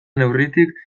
neurritik